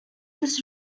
this